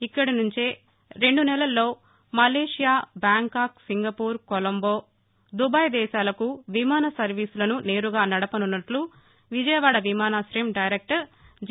ఇక్కడి నుండి వచ్చే రెండు నెలల్లో Malaysia Bangkok Singapore Colombo Dubai దేశాలకు విమాన సర్వీస్లసు నేరుగా నడపనున్నట్లు విజయవాడ విమానాశయం దైరెక్షర్ జి